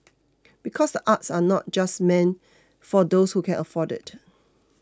because the arts are not just meant for those who can afford it